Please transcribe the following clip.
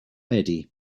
eddie